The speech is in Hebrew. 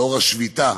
בשל השביתה.